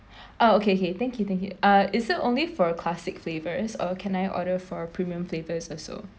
ah okay okay thank you thank you uh is it only for a classic flavors or can I order for premium flavors also